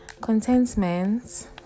Contentment